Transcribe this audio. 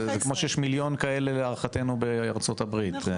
כמו שיש כמיליון להערכתנו בארצות הברית.